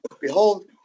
behold